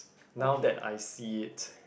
now that I see it